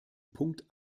punkt